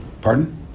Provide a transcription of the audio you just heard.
Pardon